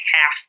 half